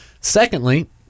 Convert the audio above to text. secondly